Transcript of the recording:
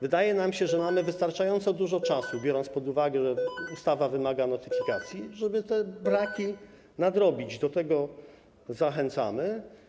Wydaje nam się, że mamy wystarczająco dużo czasu, biorąc pod uwagę fakt, że ustawa wymaga notyfikacji, żeby nadrobić braki, do czego zachęcamy.